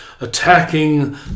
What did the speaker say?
attacking